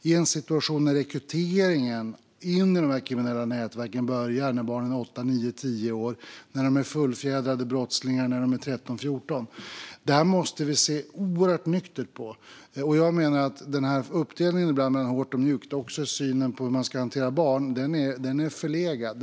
I en situation när rekryteringen in i de kriminella nätverken börjar när barnen när barnen är åtta, nio eller tio år och de är fullfjädrade brottslingar när de är tretton, fjorton år gamla måste vi se oerhört nyktert på detta. Jag menar att den uppdelning mellan hårt och mjukt i synen på hur man ska hantera barn som ibland görs är förlegad.